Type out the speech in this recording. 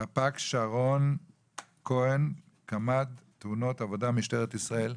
רפ"ק שרון כהן, קמ"ד תאונות עבודה משטרת ישראל,